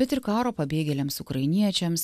bet ir karo pabėgėliams ukrainiečiams